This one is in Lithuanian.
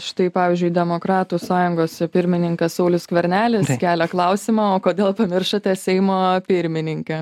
štai pavyzdžiui demokratų sąjungos pirmininkas saulius skvernelis kelia klausimą o kodėl pamiršote seimo pirmininkę